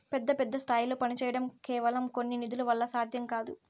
పెద్ద పెద్ద స్థాయిల్లో పనిచేయడం కేవలం కొద్ది నిధుల వల్ల సాధ్యం కాదు